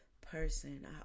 person